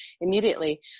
immediately